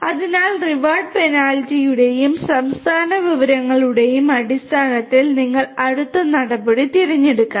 അതിനാൽ റിവാർഡ് പെനാൽറ്റിയുടെയും സംസ്ഥാന വിവരങ്ങളുടെയും അടിസ്ഥാനത്തിൽ നിങ്ങൾ അടുത്ത നടപടി തിരഞ്ഞെടുക്കണം